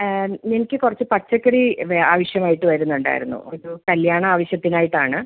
എനിക്ക് കുറച്ച് പച്ചക്കറി ആവശ്യമായിട്ട് വരുന്നുണ്ടായിരുന്നു ഒരു കല്യാണാവശ്യത്തിനായിട്ടാണ്